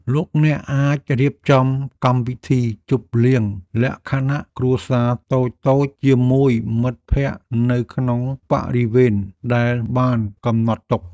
លោកអ្នកអាចរៀបចំកម្មវិធីជប់លៀងលក្ខណៈគ្រួសារតូចៗជាមួយមិត្តភក្តិនៅក្នុងបរិវេណដែលបានកំណត់ទុក។